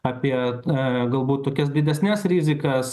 apie a galbūt tokias didesnes rizikas